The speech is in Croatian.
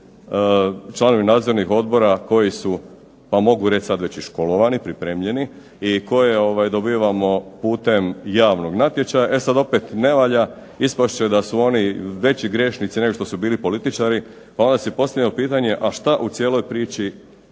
članovi nadzornih odbora koji su, pa mogu reći sad već i školovani, pripremljeni, i koje dobivamo putem javnog natječaja, e sad opet ne valja. Ispast će da su oni veći grešnici nego što su bili političari. Pa onda si postavljam pitanje, a što u cijeloj priči